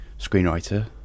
screenwriter